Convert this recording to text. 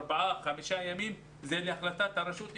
ארבעה וחמישה ימים זה להחלטת הרשות.